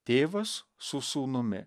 tėvas su sūnumi